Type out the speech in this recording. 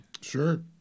sure